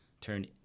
turn